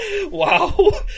Wow